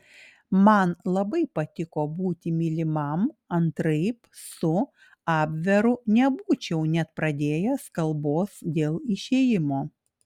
man labai patiko būti mylimam antraip su abveru nebūčiau net pradėjęs kalbos dėl išėjimo